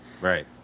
Right